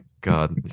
God